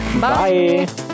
bye